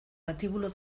patíbulo